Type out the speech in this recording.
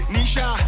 Nisha